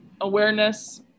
awareness